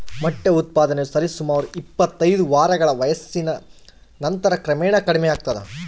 ಮೊಟ್ಟೆ ಉತ್ಪಾದನೆಯು ಸರಿಸುಮಾರು ಇಪ್ಪತ್ತೈದು ವಾರಗಳ ವಯಸ್ಸಿನ ನಂತರ ಕ್ರಮೇಣ ಕಡಿಮೆಯಾಗ್ತದ